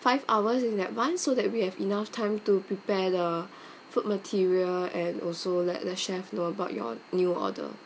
five hours in advance so that we have enough time to prepare the food material and also let the chef know about your new order